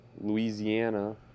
Louisiana